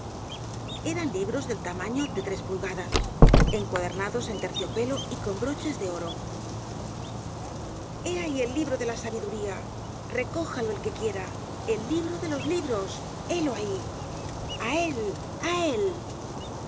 eran libros del tamaño de tres pulgadas encuadernados en terciopelo y con broches de oro he ahí el libro de la sabiduría recójalo el que quiera el libro de los libros helo ahí a él á él